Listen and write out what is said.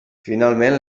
finalment